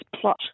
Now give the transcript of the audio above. plot